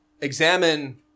examine